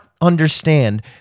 Understand